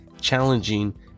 challenging